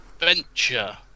adventure